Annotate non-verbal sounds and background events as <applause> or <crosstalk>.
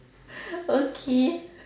<breath> okay